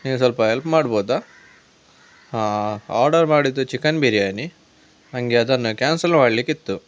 ನೀವು ಸ್ವಲ್ಪ ಹೆಲ್ಪ್ ಮಾಡ್ಬೋದಾ ಹಾಂ ಆರ್ಡರ್ ಮಾಡಿದ್ದು ಚಿಕನ್ ಬಿರಿಯಾನಿ ನನಗೆ ಅದನ್ನು ಕ್ಯಾನ್ಸಲ್ ಮಾಡಲಿಕ್ಕಿತ್ತು